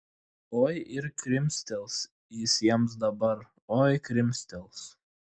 oi ir krimstels jis jiems dabar oi krimstels